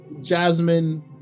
Jasmine